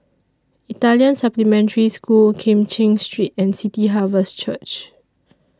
Italian Supplementary School Kim Cheng Street and City Harvest Church